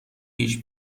پیش